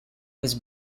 was